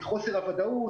את חוסר הוודאות.